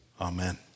Amen